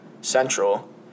Central –